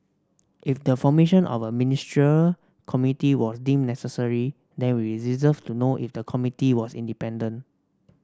if the formation of a Ministerial Committee was deemed necessary then we deserve to know if the committee was independent